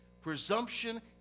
Presumption